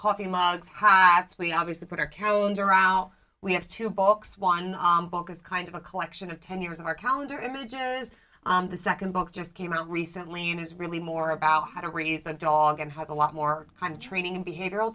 coffee mugs heintz we obviously put our calendar out we have two books one book is kind of a collection of ten years of our calendar is the second book just came out recently and it's really more about how to raise a dog and has a lot more kind of training and behavioral